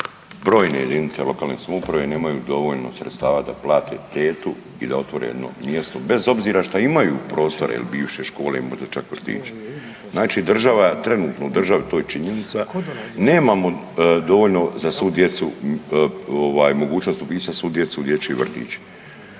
brojne jedinice lokalne samouprave nemaju dovoljno sredstava da plate tetu i da otvore jedno mjesto bez obzira što imaju prostore bivše škole ili možda čak vrtiće. Znači, država trenutno u državi to je činjenica nemamo dovoljno za svu djecu mogućnosti upisati svu djecu u dječji vrtić.